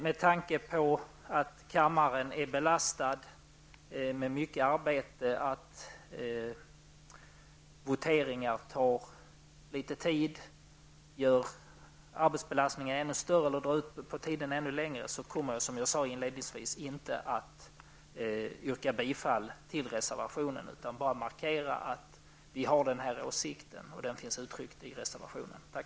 Med tanke på att kammaren är belastad med mycket arbete och att voteringar tar tid och gör arbetsbeslastningen ännu större genom att dra ut på tiden ännu mer, kommer jag, vilket jag sade inledningsvis, inte att yrka bifall till reservationen. Jag har bara velat markera att vi har den åsikt som finns uttryckt i reservationen. Tack!